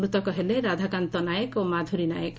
ମୃତକ ହେଲେ ରାଧାକାନ୍ତ ନାୟକ ଓ ମାଧୁରୀ ନାୟକ